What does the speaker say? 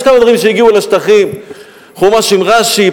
יש כמה דברים שהגיעו לשטחים: חומש עם רש"י,